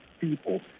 people